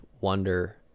wonder